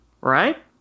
Right